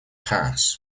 pass